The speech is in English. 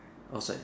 outside